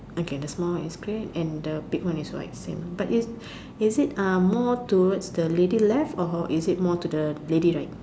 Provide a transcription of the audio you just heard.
okay the small one is grey and the big one is white same but is is it um more towards the lady left or is it more to the lady right